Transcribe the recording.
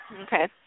Okay